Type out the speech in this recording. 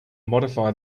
modify